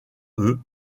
eux